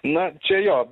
na čia jo